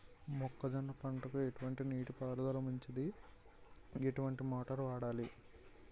మొక్కజొన్న పంటకు ఎటువంటి నీటి పారుదల మంచిది? ఎటువంటి మోటార్ వాడాలి?